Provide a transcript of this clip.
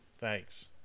Thanks